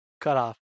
cutoff